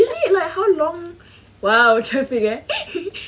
is it like how long !wow! traffic eh